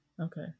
okay